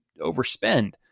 overspend